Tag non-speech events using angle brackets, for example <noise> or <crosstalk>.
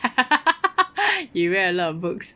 <laughs> you read a lot of books